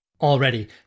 Already